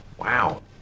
Wow